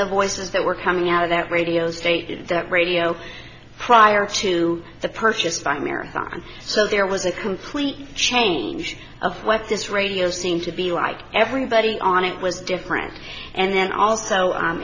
the voices that were coming out of that radio stated that radio prior to the purchased by marathon so there was a complete change of what this radio seemed to be like everybody on it was different and then also